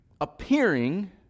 appearing